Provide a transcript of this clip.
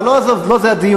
אבל עזוב, לא זה הדיון.